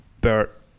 Bert